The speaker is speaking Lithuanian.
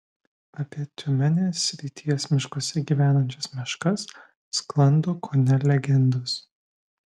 apie tiumenės srities miškuose gyvenančias meškas sklando kone legendos